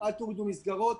אל תורידו מסגרות,